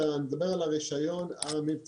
אני מדבר על הרישיון המבצעי,